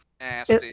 nasty